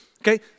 Okay